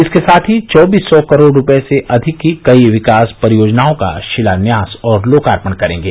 इसके साथ ही चौबीस सौ करोड़ रूपये से अधिक की कई विकास परियोजनाओं का शिलान्यास और लोकार्पण करेंगे